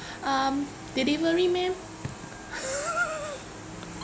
um delivery ma'am